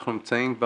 אנחנו נמצאים,